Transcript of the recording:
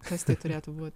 kas tai turėtų būti